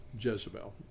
jezebel